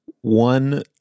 One